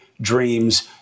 dreams